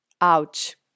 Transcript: Ouch